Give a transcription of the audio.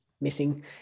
missing